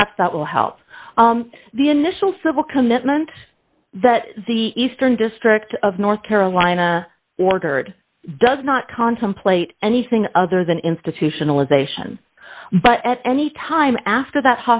perhaps that will help the initial civil commitment that the eastern district of north carolina ordered does not contemplate anything other than institutionalization but at any time after that